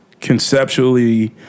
conceptually